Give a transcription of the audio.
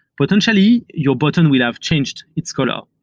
potentially, your button will have changed its color.